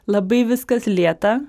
labai viskas lėta